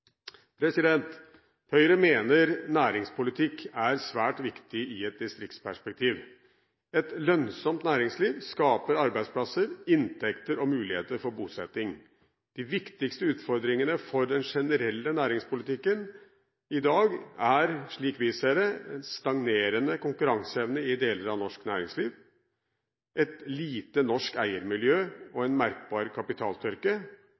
Høyre mener næringspolitikk er svært viktig i et distriktsperspektiv. Et lønnsomt næringsliv skaper arbeidsplasser, inntekter og muligheter for bosetting. De viktigste utfordringene for den generelle næringspolitikken i dag er, slik vi ser det, en stagnerende konkurranseevne i deler av norsk næringsliv, et lite norsk eiermiljø og